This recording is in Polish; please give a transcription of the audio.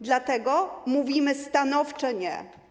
Dlatego mówimy stanowcze „nie”